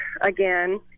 again